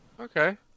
Okay